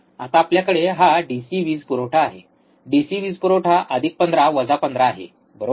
आता आपल्याकडे हा डिसी वीज पुरवठा आहे डिसी वीज पुरवठा 15 15 आहे बरोबर